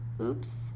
Oops